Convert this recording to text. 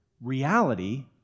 reality